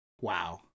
Wow